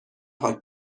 پاک